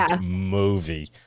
movie